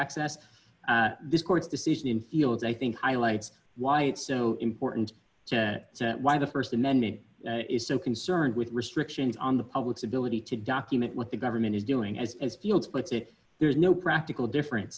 access this court's decision in fields i think highlights why it's so important why the st amendment is so concerned with restrictions on the public's ability to document what the government is doing as as fields puts it there's no practical difference